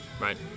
Right